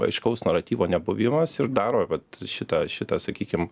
aiškaus naratyvo nebuvimas ir daro vat šitą šitą sakykim